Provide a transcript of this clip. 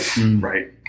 right